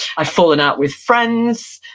i've fallen out with friends,